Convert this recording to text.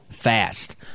Fast